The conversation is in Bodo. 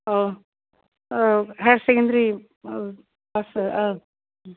अ औ हायार सेकेन्डारि औ पास औ